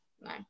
No